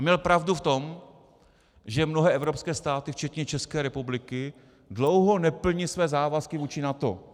Měl pravdu v tom, že mnohé evropské státy včetně České republiky dlouho neplní své závazky vůči NATO.